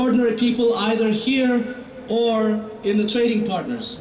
ordinary people either here or in trading partners